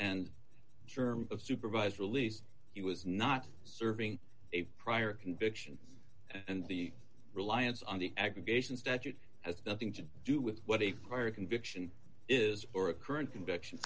and germ of supervised release he was not serving a prior conviction and the reliance on the aggregations statute has nothing to do with what a prior conviction is or a current conviction